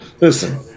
listen